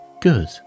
good